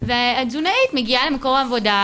והתזונאית מגיעה למקום העבודה,